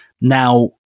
now